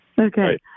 Okay